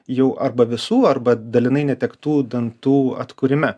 jau arba visų arba dalinai netektų dantų atkūrime